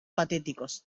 patéticos